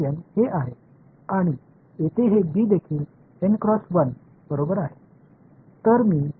हे आहे आणि येथे हे बी देखील बरोबर आहे